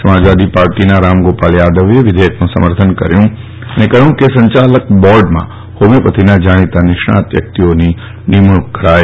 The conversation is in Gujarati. સમાજવાદી પાર્ટીના રામગોપાલ યાદવે વિધેયકના સમર્થન કહ્યું હતું કે સંચાકલક બોર્ડમાં હોમીયોપેથીના જાણીતા નિષ્ણાત વ્યક્તિઓની નિમણુંક કરવામાં આવે